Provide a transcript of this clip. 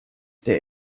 der